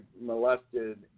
molested